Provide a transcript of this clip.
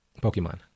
Pokemon